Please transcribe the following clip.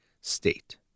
state